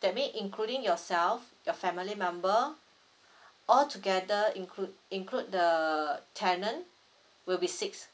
that mean including yourself your family member all together include include the tenant will be six